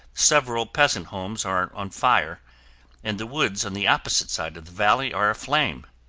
several peasant homes are on fire and the woods on the opposite side of the valley are aflame.